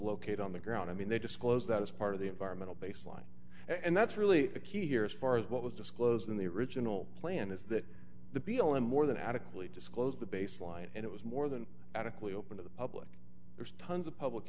locate on the ground i mean they disclose that as part of the environmental baseline and that's really the key here as far as what was disclosed in the original plan is that the beal in more than adequately disclosed the baseline and it was more than adequately open to the public there's tons of public